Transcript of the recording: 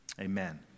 Amen